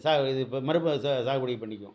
சா இது இப்போ மறு ப ச சாகுபடி பண்ணிக்குவோம்